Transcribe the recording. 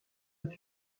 est